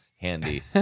handy